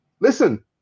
Listen